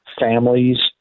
families